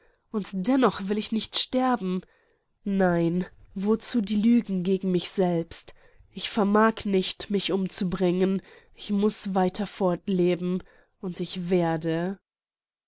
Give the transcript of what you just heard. und dennoch will ich nicht sterben nein wozu die lügen gegen mich selbst ich vermag nicht mich umzubringen ich muß weiter fortleben und ich werde